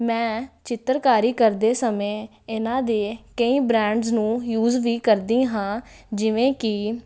ਮੈਂ ਚਿੱਤਰਕਾਰੀ ਕਰਦੇ ਸਮੇਂ ਇਹਨਾਂ ਦੇ ਕਈ ਬ੍ਰਾਂਡਸ ਨੂੰ ਯੂਜ ਵੀ ਕਰਦੀ ਹਾਂ ਜਿਵੇਂ ਕਿ